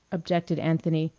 objected anthony,